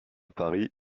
paris